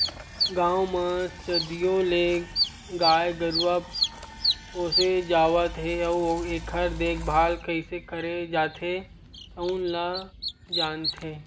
गाँव म सदियों ले गाय गरूवा पोसे जावत हे अउ एखर देखभाल कइसे करे जाथे तउन ल जानथे